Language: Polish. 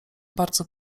bardzo